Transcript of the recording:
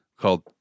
called